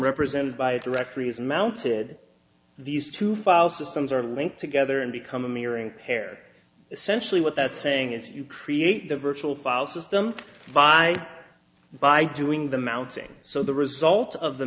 represented by a directory is mounted these two file systems are linked together and become a mirroring pair essentially what that saying is you create the virtual file system by by doing the mounting so the result of the